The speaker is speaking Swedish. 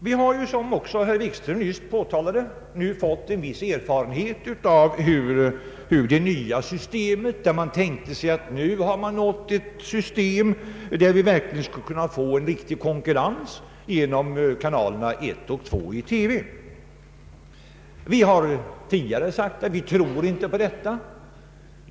Vi har, som också herr Wikström påpekade, nu fått en viss erfarenhet av det nya systemet med kanalerna 1 och 2 i TV. Man trodde sig ha skapat ett system som skulle kunna ge en riktig konkurrens. Vi har tidigare sagt att vi inte tror på detta.